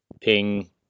ping